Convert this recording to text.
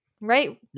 right